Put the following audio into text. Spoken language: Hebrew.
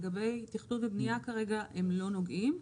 לגבי תכנון ובנייה כרגע הם לא נוגעים.